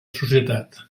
societat